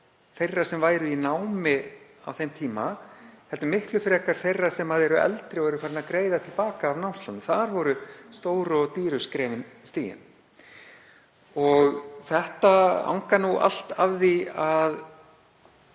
þeirra sem væru í námi á þeim tíma heldur miklu frekar þeirra sem væru eldri og farnir að greiða til baka af námslánum. Þar voru stóru og dýru skrefin stigin. Þetta angar allt af því að